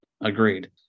Agreed